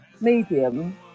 medium